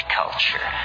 culture